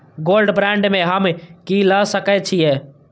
Gold bond में हम की ल सकै छियै?